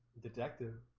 detective